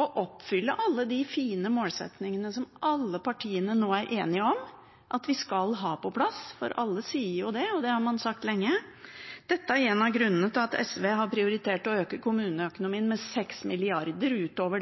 å oppfylle alle de fine målsettingene som alle partiene nå er enige om at vi skal ha på plass. For alle sier jo det, og det har man sagt lenge. Dette er en av grunnene til at SV har prioritert å øke kommuneøkonomien med 6 mrd. kr utover